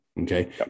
Okay